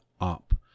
Up